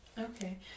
Okay